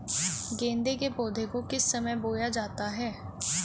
गेंदे के पौधे को किस समय बोया जाता है?